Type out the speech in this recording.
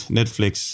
Netflix